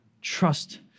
trust